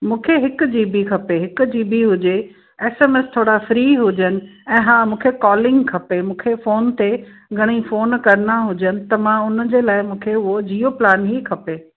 मूंखे हिक G B खपे हिक जी बी हुजे एस एम एस थोरा फ़्री हुजनि ऐं हा मूंखे कॉलिंग खपे मूंखे फ़ोन ते घणेई फ़ोन करिणा हुजनि त मां उन जे लाइ मूंखे उहो जियो प्लान ई खपे